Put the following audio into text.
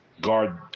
guard